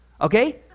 Okay